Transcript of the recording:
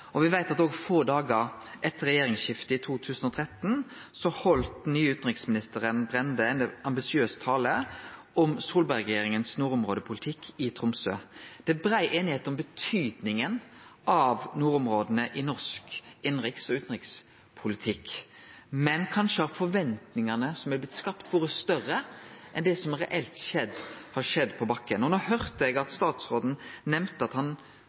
og vi veit at få dagar etter regjeringsskiftet i 2013 heldt den nye utanriksministeren, Børge Brende, ein ambisiøs tale om Solberg-regjeringas nordområdepolitikk i Tromsø. Det er brei einigheit om betydninga av nordområda i norsk innanriks- og utanrikspolitikk, men kanskje har forventningane som er blitt skapte, vore større enn det som reelt har skjedd på bakken. No høyrde eg at statsråden nemnde at han